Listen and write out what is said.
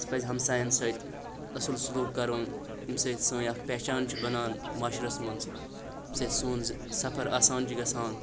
اَسہِ پَزِ ہَمسایَن سۭتۍ اَصٕل سلوٗک کَرُن ییٚمۍ سۭتۍ سٲنۍ اَکھ پہچان چھِ بَنان معاشرَس منٛز ییٚمۍ سۭتۍ سون زِ سَفَر آسان چھُ گَژھان